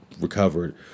recovered